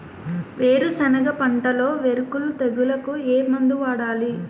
వేరుసెనగ పంటలో వేరుకుళ్ళు తెగులుకు ఏ మందు వాడాలి?